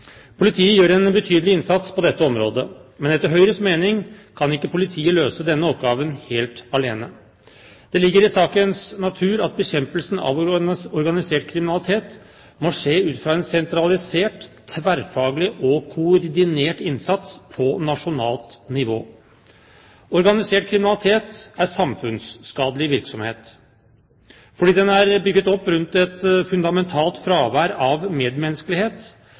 Politiet gjør en betydelig innsats på dette området. Men etter Høyres mening kan ikke politiet løse denne oppgaven helt alene. Det ligger i sakens natur at bekjempelsen av organisert kriminalitet må skje ut fra en sentralisert, tverrfaglig og koordinert innsats på nasjonalt nivå. Organisert kriminalitet er samfunnsskadelig virksomhet, fordi den er bygget opp rundt et fundamentalt fravær av medmenneskelighet,